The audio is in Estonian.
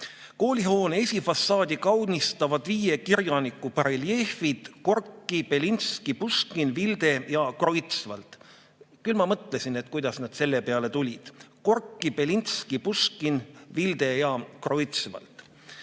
Koolihoone esifassaadi kaunistavad viie kirjaniku bareljeefid: Gorki, Belinski, Puškin, Vilde ja Kreutzwald. (Küll ma mõtlesin, kuidas nad selle peale tulid: Gorki, Belinski, Puškin, Vilde ja Kreutzwald.